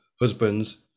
husbands